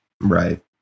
Right